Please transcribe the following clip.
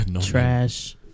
Trash